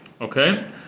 Okay